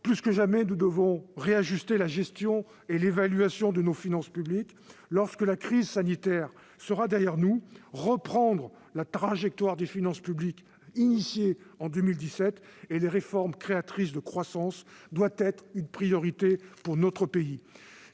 Plus que jamais, nous devons réajuster la gestion et l'évaluation de nos finances publiques. Lorsque la crise sanitaire sera derrière nous, reprendre la trajectoire des finances publiques engagée en 2017 et les réformes créatrices de croissance doit être une priorité pour notre pays.